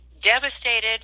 devastated